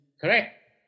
Correct